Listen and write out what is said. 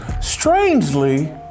strangely